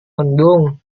mendung